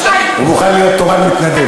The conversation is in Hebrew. אני מוכן, הוא מוכן להיות תורן מתנדב.